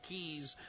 Keys